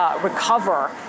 Recover